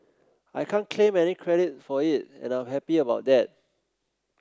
I can't claim any credit for it and I'm happy about that